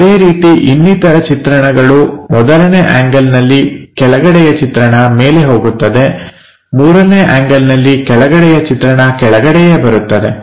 ಅದೇ ರೀತಿ ಇನ್ನಿತರ ಚಿತ್ರಣಗಳು ಮೊದಲನೇ ಆಂಗಲ್ನಲ್ಲಿ ಕೆಳಗಡೆಯ ಚಿತ್ರಣ ಮೇಲೆ ಹೋಗುತ್ತದೆ ಮೂರನೇ ಆಂಗಲ್ನಲ್ಲಿ ಕೆಳಗಡೆಯ ಚಿತ್ರಣ ಕೆಳಗಡೆಯೇ ಬರುತ್ತದೆ